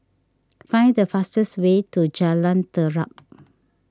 find the fastest way to Jalan Terap